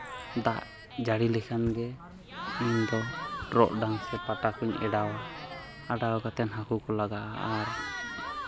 ᱫᱟᱜ ᱡᱟᱹᱲᱤ ᱞᱮᱠᱷᱟᱱ ᱜᱮ ᱤᱧᱫᱚ ᱴᱚᱨᱚᱰᱟᱝ ᱥᱮ ᱯᱟᱴᱟ ᱠᱚᱧ ᱚᱰᱟᱣᱟ ᱚᱰᱟᱣ ᱠᱟᱛᱮᱫ ᱦᱟᱹᱠᱩ ᱠᱚ ᱞᱟᱜᱟᱜᱼᱟ ᱟᱨ